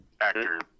actor